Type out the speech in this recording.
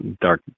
dark